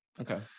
Okay